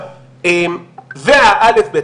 והא'-ב',